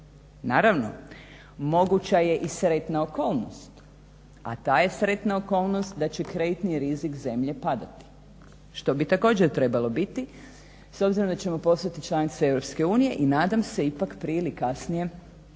Naravno, moguća je i sretna okolnost, a ta je sretna okolnost da će kreditni rizik zemlje padati što bi također trebalo biti s obzirom da ćemo postati članica EU i nadam se ipak prije ili kasnije izaći